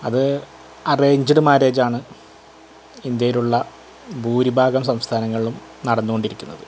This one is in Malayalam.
അത് അറേഞ്ച്ഡ് മാരേജാണ് ഇന്ത്യയിലുള്ള ഭൂരിഭാഗം സംസ്ഥാനങ്ങളിലും നടന്നു കൊണ്ടിരിക്കുന്നത്